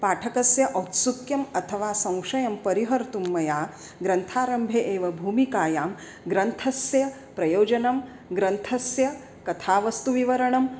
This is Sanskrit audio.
पाठकस्य औत्सुक्यं अथवा संशयं परिहर्तुं मया ग्रन्थारम्भे एव भूमिकायां ग्रन्थस्य प्रयोजनं ग्रन्थस्य कथावस्तुविवरणं